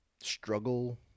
struggle